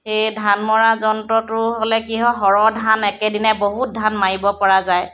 সেয়ে ধান মৰা যন্ত্ৰটো হ'লে কি হয় সৰহ ধান একেদিনাই বহুত ধান মাৰিব পৰা যায়